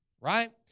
right